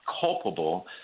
culpable